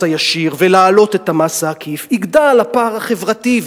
הישיר ולהעלות את המס העקיף יגדל הפער החברתי,